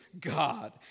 God